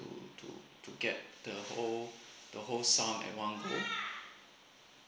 to to to get the whole the whole sum at one go